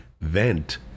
vent